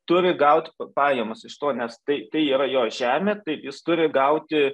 turi gauti pajamas iš to nes tai yra jo žemė tai jis turi gauti